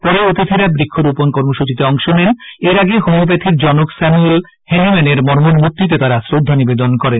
পরে অতিথিরা বৃক্ষরোপন কর্মসূচিতে অংশ নেন এর আগে হোমিওপ্যাখির জনক শ্যামুয়েল হ্যানিমেনের মর্মর মর্তিতে তারা শ্রদ্ধা নিবেদন করেন